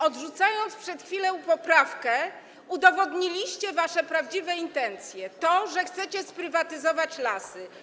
Odrzucając przed chwilą poprawkę, udowodniliście wasze prawdziwe intencje, to, że chcecie sprywatyzować lasy.